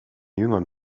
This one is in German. jüngern